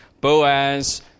Boaz